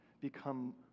become